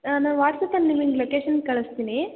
ನಾನು ವಾಟ್ಸ್ಆ್ಯಪಲ್ಲಿ ನಿಮ್ಗೆ ಲೊಕೇಶನ್ ಕಳಿಸ್ತೀನಿ